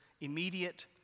immediate